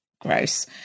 gross